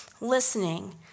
listening